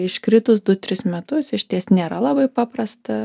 iškritus du tris metus išties nėra labai paprasta